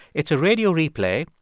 it's a radio replay,